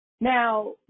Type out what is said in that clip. Now